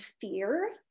fear